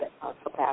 capacity